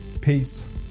Peace